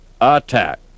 attack